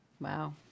Wow